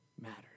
matters